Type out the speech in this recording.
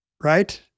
right